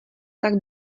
tak